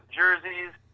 jerseys